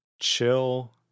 chill